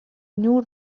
نور